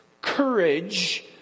courage